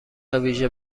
ویژه